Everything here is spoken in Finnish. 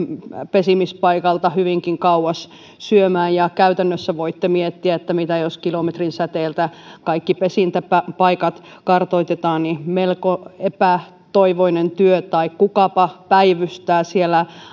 pesimispaikalta hyvinkin kauas syömään ja käytännössä voitte miettiä että mitä jos kilometrin säteeltä kaikki pesintäpaikat kartoitetaan melko epätoivoinen työ tai kukapa päivystää siellä